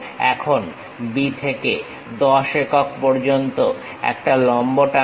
এখন B থেকে 10 একক পর্যন্ত একটা লম্ব টানো